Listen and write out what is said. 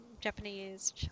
Japanese